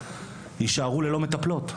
יישארו ללא מטפלות.